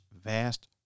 vast